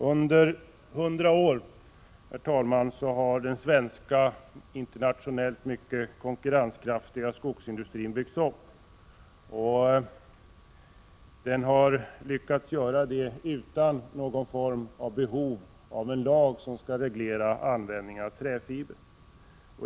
Under hundra år har den svenska internationellt mycket konkurrenskraftiga skogsindustrin byggts upp. Den har lyckats göra det utan att ha behov av någon lag som reglerar användningen av träfiber.